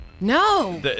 No